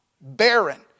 barren